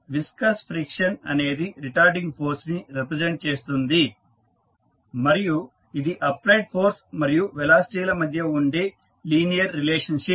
viscous friction అనేది retarding force ని represent చేస్తుంది మరియు ఇది అప్లైడ్ ఫోర్స్ మరియు వెలాసిటీ ల మధ్య ఉండే లీనియర్ రిలేషన్షిప్